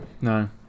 no